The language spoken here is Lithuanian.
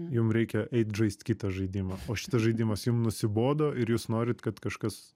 jum reikia eit žaist kitą žaidimą o šitas žaidimas jum nusibodo ir jūs norit kad kažkas